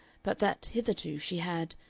but that hitherto she had,